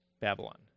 Babylon